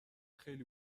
خیلی